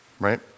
right